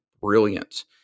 brilliant